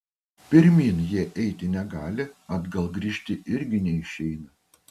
pirmyn jie eiti negali atgal grįžti irgi neišeina